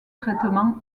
traitements